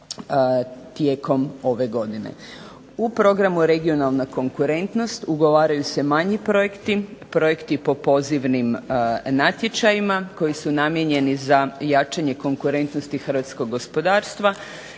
U programu regionalna konkurentnost ugovaraju se manji projekti, projekti po pozivnim natječajima, koji su namijenjeni za jačanje konkurentnosti hrvatskog gospodarstva,